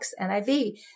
NIV